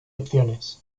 opciones